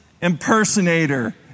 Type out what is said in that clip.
impersonator